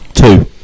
Two